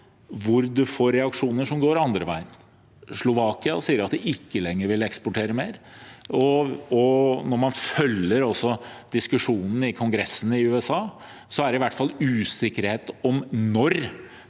også får reaksjoner som går den andre veien. Slovakia sier at de ikke lenger vil eksportere, og når man følger diskusjonene i Kongressen i USA, er det i hvert fall usikkerhet om når